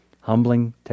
Humbling